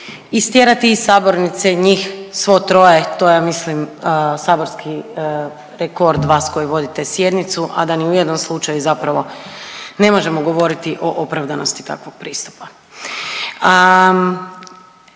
istjerati iz sabornice njih svo troje, to je ja mislim saborski rekord vas koji vodite sjednicu, a da ni u jednom slučaju zapravo ne možemo govoriti o opravdanosti takvog pristupa.